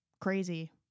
Crazy